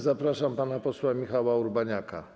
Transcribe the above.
Zapraszam pana posła Michała Urbaniaka.